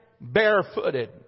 barefooted